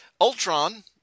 Ultron